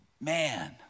man